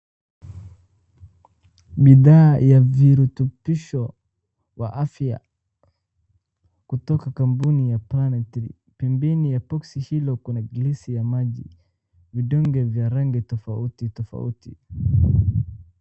Bidhaa ya virutubisho wa afya Kutoka kampuni ya Planet Three . Pembeni ya boksi hilo kuna glasi ya maji. Vidonge vya rangi tofauti tofauti.